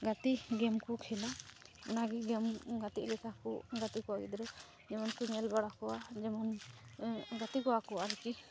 ᱜᱟᱛᱮ ᱜᱮᱢ ᱠᱚ ᱠᱷᱮᱞᱟ ᱚᱱᱟᱜᱮ ᱜᱮᱢ ᱜᱟᱛᱮᱜ ᱞᱮᱠᱟ ᱠᱚ ᱜᱟᱛᱮ ᱠᱚᱣᱟ ᱜᱤᱫᱽᱨᱟᱹ ᱡᱮᱢᱚᱱ ᱠᱚ ᱧᱮᱞᱵᱟᱲᱟ ᱠᱚᱣᱟ ᱡᱮᱢᱚᱱ ᱜᱟᱛᱮ ᱠᱚᱣᱟ ᱠᱚ ᱟᱨᱠᱤ